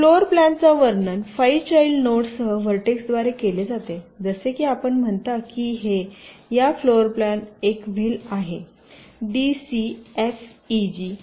floor प्लॅनच्या वर्णन 5 child नोड्ससह व्हर्टेक्सद्वारे केले जाते जसे की आपण म्हणता की हे या फ्लोर प्लॅन एक व्हील आहे d c f e g c d e f g